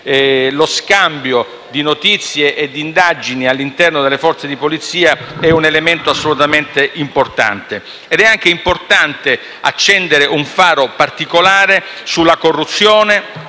lo scambio di notizie e di indagini all'interno delle Forze di Polizia sono un elemento assolutamente importante. È anche importante accendere un faro particolare sulla corruzione,